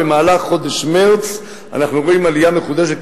במהלך חודש מרס אנחנו רואים עלייה מחודשת,